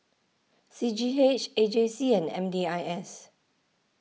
C G H A J C and M D I S